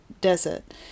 desert